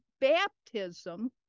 baptism